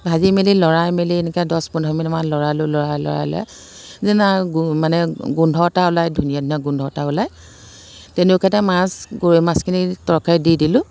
ভাজি মেলি লৰাই মেলি এনেকা দহ পোন্ধৰ মিনিটমান লৰালোঁ লৰাই লৰাই লৰাই যেন আৰু গো মানে গোন্ধ এটা ওলাই ধুনীয়া ধুনীয়া গোন্ধ এটা ওলাই তেনেকুৱাতে মাছ গৰৈ মাছখিনি তৰকাৰীত দি দিলোঁ